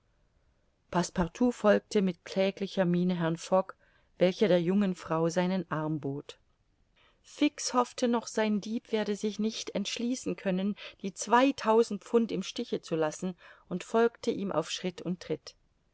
passepartout folgte mit kläglicher miene herrn fogg welcher der jungen frau seinen arm bot fix hoffte noch sein dieb werde sich nicht entschließen können die zweitausend pfund im stiche zu lassen und folgte ihm auf schritt und tritt